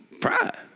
pride